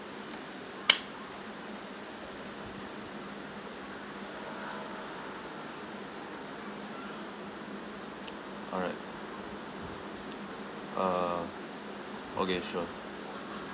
alright uh okay sure